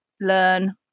learn